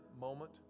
moment